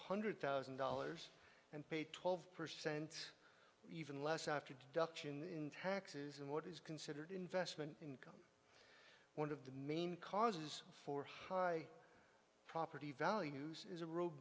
hundred thousand dollars and paid twelve percent even less after deduction in taxes and what is considered investment in one of the main causes for high property values is a r